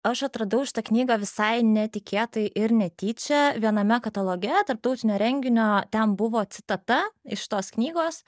aš atradau šitą knygą visai netikėtai ir netyčia viename kataloge tarptautinio renginio ten buvo citata iš tos knygos